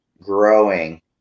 growing